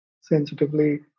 sensitively